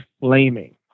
flaming